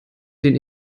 den